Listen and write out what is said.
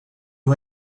har